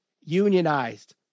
unionized